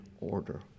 order